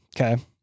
Okay